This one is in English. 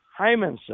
Hymanson